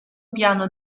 piano